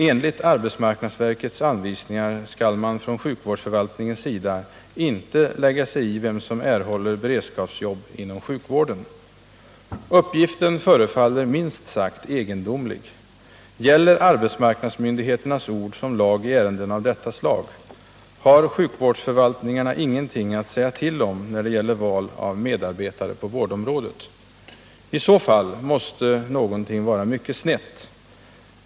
Enligt arbetsmarknadsverkets anvisningar skall man från sjukvårdsförvaltningens sida inte lägga sig i vem som erhåller beredskapsjobb inom sjukvården. Uppgiften förefaller minst sagt egendomlig. Gäller arbetsmarknadsmyndigheternas ord som lag i ärenden av detta slag? Har sjukvårdsförvaltningarna ingenting att säga till om när det gäller val av medarbetare på vårdområdet? I så fall måste någonting vara mycket snett.